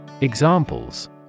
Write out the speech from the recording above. Examples